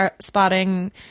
spotting